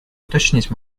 уточнить